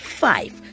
five